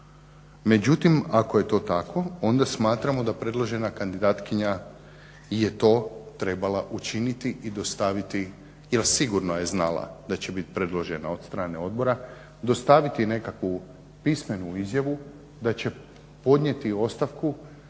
ako je to tako onda smatramo da je predložena kandidatkinja je to trebala učiniti i dostaviti jel sigurno je znala da će biti predložena od strane odbora, dostaviti nekakvu pismenu izjavu da će podnijeti ostavku